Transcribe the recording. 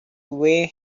way